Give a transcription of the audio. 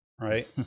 right